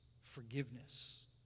forgiveness